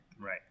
Right